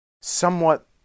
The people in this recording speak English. somewhat